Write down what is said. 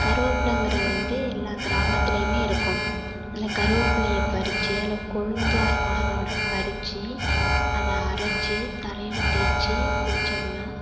கருவப்பில்லைங்கிறது வந்து எல்லா கிராமத்திலையுமே இருக்கும் அந்த கருவப்பில்லையை பறிச்சு அதில் கொழுந்தாக இருக்கும் அதோடய பறிச்சு அதை அரைச்சி தலையில் தேய்ச்சி குளிச்சோம்னால்